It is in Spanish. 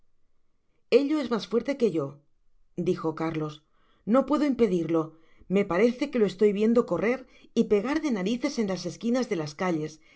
ello es mas fuerte que yo dijo carlosno puedo impedirlo me parece que lo estoy viendo correr y pegar de narices en las esquinas de las calles